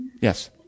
Yes